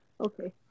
Okay